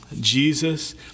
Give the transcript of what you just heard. Jesus